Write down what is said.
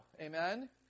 Amen